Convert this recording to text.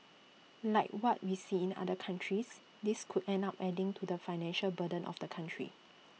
like what we see in other countries this could end up adding to the financial burden of the country